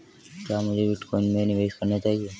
क्या मुझे बिटकॉइन में निवेश करना चाहिए?